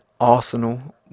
Arsenal